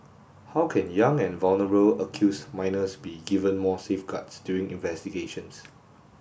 how can young and vulnerable accused minors be given more safeguards during investigations